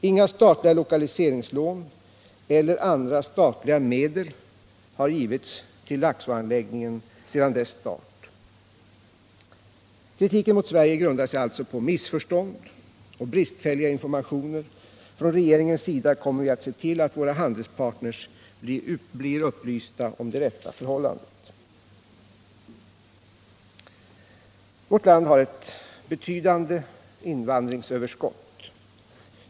Inga statliga lokaliseringslån eller andra statliga medel har givits till Laxåanläggningen sedan dess start. Kritiken mot Sverige grundar sig alltså på missförstånd och bristfälliga informationer. Från regeringen kommer vi att se till att våra handelspartner blir upplysta om de rätta förhållandena. Sverige har ett betydande invandringsöverskott.